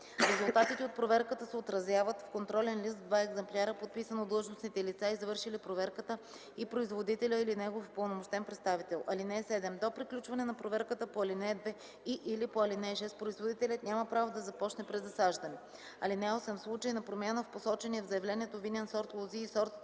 Резултатите от проверката се отразяват в контролен лист в два екземпляра, подписан от длъжностните лица, извършили проверката и производителя или негов упълномощен представител. (7) До приключване на проверката по ал. 2 и/или по ал. 6, производителят няма право да започне презасаждане. (8) В случай на промяна в посочения в заявлението винен сорт лози и сортът,